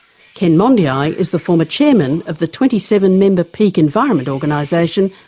kenn mondiai is the former chairman of the twenty seven member peak environment organisation,